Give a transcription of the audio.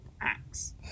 Axe